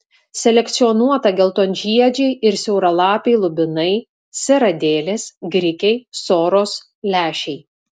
selekcionuota geltonžiedžiai ir siauralapiai lubinai seradėlės grikiai soros lęšiai